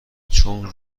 چون